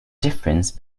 difference